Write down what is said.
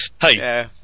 hey